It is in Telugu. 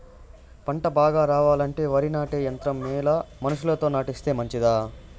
పంట బాగా రావాలంటే వరి నాటే యంత్రం మేలా మనుషులతో నాటిస్తే మంచిదా?